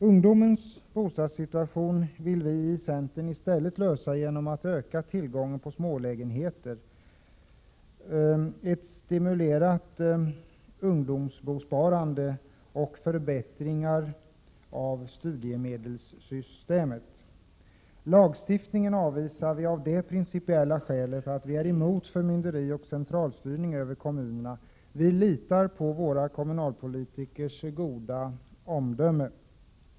Vi i centern vill i stället lösa ungdomens bostadssituation genom att öka tillgången på smålägenheter, stimulera ungdomsbosparandet och förbättra studiemedelssystemet. Lagstiftningen avvisar vi av det principiella skälet att vi är emot förmynderi och centralstyrning av kommunerna. Vi litar på våra kommunalpolitikers goda omdöme.